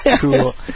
Cool